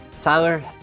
tyler